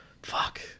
fuck